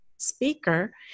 speaker